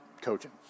coaching